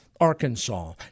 Arkansas